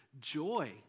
joy